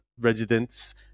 residents